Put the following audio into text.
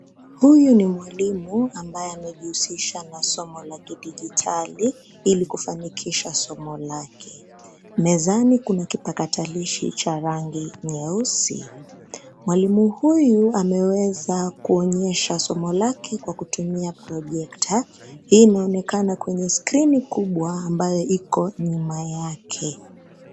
Huyu ni mwalimu ambaye amejihusisha na masomo la kidijitali, ilikufanikisha somo lake, mezani kuna kipakatilishi cha rangi nyeusi, mwalimu huyu ameweza kuonyesha somo lake kwa kutumia projekta, hii inaonekana kwenye skrini kubwa ambayo iko nyuma yake.